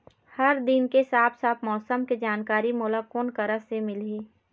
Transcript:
हर दिन के साफ साफ मौसम के जानकारी मोला कोन करा से मिलही?